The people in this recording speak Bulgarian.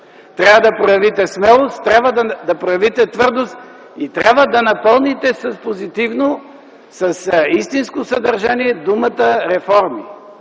Трябва да проявите смелост, трябва да проявите твърдост и трябва да напълните с позитивност, с истинско съдържание думата „реформи”.